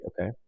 okay